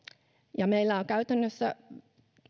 meillä on käytännössä